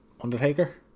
Undertaker